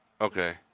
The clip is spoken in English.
Okay